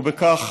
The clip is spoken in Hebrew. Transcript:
ובכך